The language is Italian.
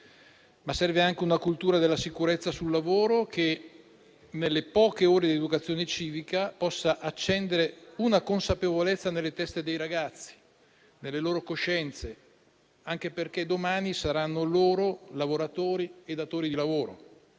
Serve anche una cultura della sicurezza sul lavoro, che, nelle poche ore di educazione civica, possa accendere una consapevolezza nelle teste dei ragazzi e nelle loro coscienze, anche perché domani saranno loro i lavoratori e i datori di lavoro.